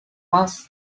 mass